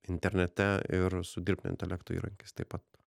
internete ir su dirbtinio intelekto įrankiais taip pat